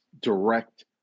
direct